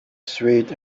sweet